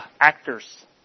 actors